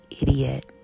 idiot